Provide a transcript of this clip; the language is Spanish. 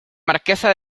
marquesa